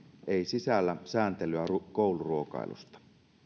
ei sisällä sääntelyä kouluruokailusta